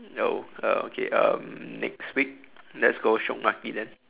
oh oh okay um next week let's go shiok maki then